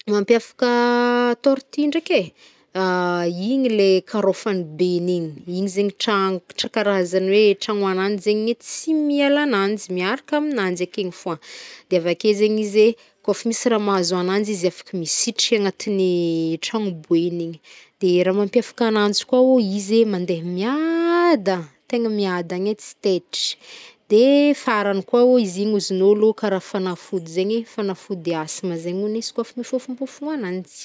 Mampiavaka- tortue ndraiky e, igny le karofany beny igny. Igny zegny trano- karazany hoe tragno agnanjy zegny e tsy miala ananjy, miarka anjy ekeny fôagn. De avake zegny izy e, kôf misy raha mahazo ananjy izy afaka misitriky agnatin'igny- trano boegny igny. De raha mampiavka ananjy kôo izy mandeh miada, tegna miadagne tsy tetra. De farany kôo izy igny ozy ny olo kara fanafody zegny, fanafody asthme zegny ony izy koa mifofompofona agnanjy.